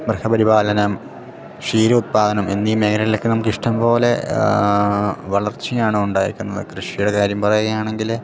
മൃഗപരിപാലനം ഷീരോദ്പ്പാദനം എന്നീ മേഖലകളിൽ ഒക്കെ നമുക്ക് ഇഷ്ടം പോലെ വളർച്ചയാണ് ഉണ്ടായേക്കുന്നത് കൃഷിയുടെ കാര്യം പറയുക ആണെങ്കിൽ